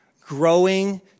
growing